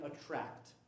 attract